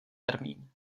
termín